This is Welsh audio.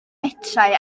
metrau